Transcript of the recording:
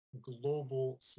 global